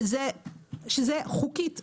שזה חוקית אסור.